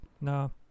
No